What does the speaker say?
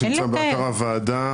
שנמצא באתר הוועדה,